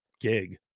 gig